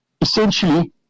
essentially